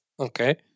Okay